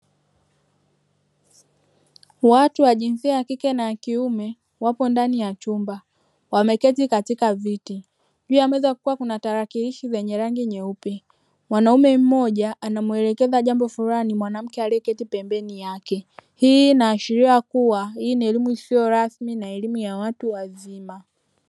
Watu wa jinsia ya kike na ya kiume wapo ndani ya chumba wameketi katika viti, juu ya meza kukiwa na tarakilishi zenye rangi nyeupe, mwanaume mmoja anamuelekeza jambo fulani mwanamke aliyeketi pembeni yake, hii inaashiria kuwa hii ni elimu isiyo rasmi na elimu ya watu wazima.